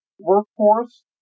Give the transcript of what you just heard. workforce